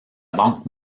banque